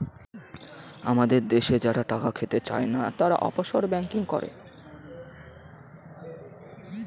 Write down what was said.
আমাদের দেশে যারা টাকা খাটাতে চাই না, তারা অফশোর ব্যাঙ্কিং করে